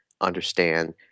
understand